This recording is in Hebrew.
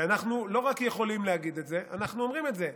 אנחנו לא רק יכולים להגיד זה, אנחנו אומרים את זה.